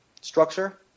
structure